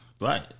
Right